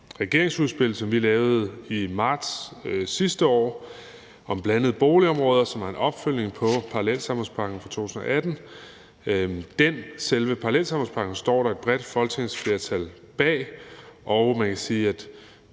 regeringsudspil, som vi lavede i marts sidste år, om blandede boligområder, som var en opfølgning på parallelsamfundspakken fra 2018. Selve parallelsamfundspakken er der et bredt folketingsflertal bag, og man kan sige,